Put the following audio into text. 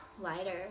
lighter